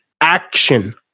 action